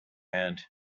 hand